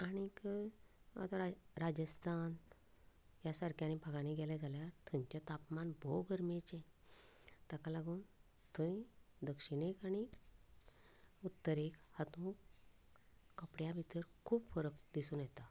आनी आतां राजस्थान ह्या सारक्या आनी भागांनी गेलें जाल्यार थंयचें तापमान भोव गरमेचें ताका लागून थंय दक्षिणेक आनी उत्तरेक हातूंत कपड्या भितर खूब फरक दिसून येता